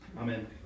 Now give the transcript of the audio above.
amen